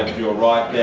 your right there.